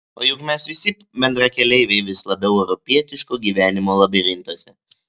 o juk mes visi bendrakeleiviai vis labiau europietiško gyvenimo labirintuose